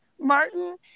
martin